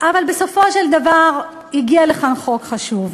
אבל בסופו של דבר הגיע לכאן חוק חשוב.